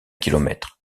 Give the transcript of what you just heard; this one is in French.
kilomètre